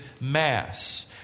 mass